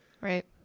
Right